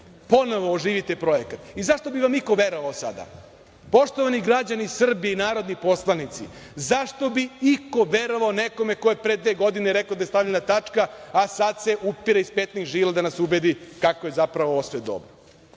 ponovo oživite projekat. I zašto bi vam iko verovao sada? Poštovani građani Srbi i narodni poslanici, zašto bi iko verovao nekome ko je pre dve godine rekao da je stavljena tačka, a sada se upire iz petnih žila da nas ubedi kako je zapravo ovo sve dobro. Ali,